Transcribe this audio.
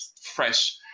fresh